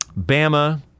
Bama